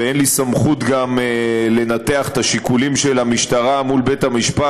וגם אין לי סמכות לנתח את השיקולים של המשטרה מול בית-המשפט,